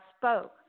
spoke